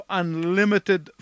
unlimited